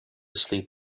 sleep